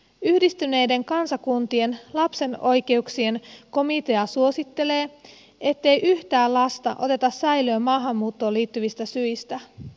yhdistyneiden kansakuntien lapsen oikeuksien komitea suosittelee ettei yhtään lasta oteta säilöön maahanmuuttoon liittyvistä syistä